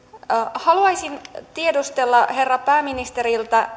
haluaisin tiedustella herra pääministeriltä